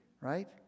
right